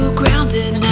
grounded